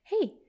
hey